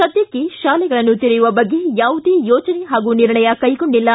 ಸದ್ದಕ್ಕ ಶಾಲೆಗಳನ್ನು ತೆರೆಯುವ ಬಗ್ಗೆ ಯಾವುದೇ ಯೋಜನೆ ಹಾಗೂ ನಿರ್ಣಯ ಕೈಗೊಂಡಿಲ್ಲ